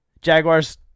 Jaguars